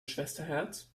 schwesterherz